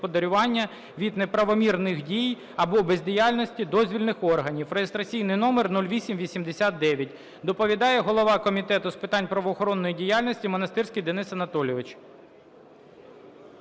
від неправомірних дій або бездіяльності дозвільних органів (реєстраційний номер 0889). Доповідає голова Комітету з питань правоохоронної діяльності Монастирський Денис Анатолійович.